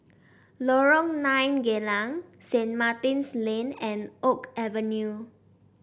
Lorong Nine Geylang Saint Martin's Lane and Oak Avenue